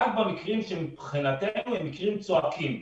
רק במקרים שמבחינתנו הם מקרים צועקים.